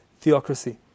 theocracy